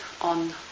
on